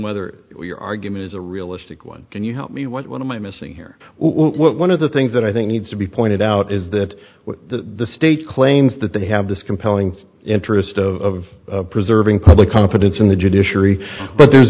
whether your argument is a realistic one can you help me what one might missing here one of the things that i think needs to be pointed out is that the state claims that they have this compelling interest of preserving public confidence in the judiciary but there's